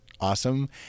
Awesome